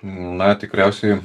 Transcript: na tikriausiai